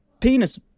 penis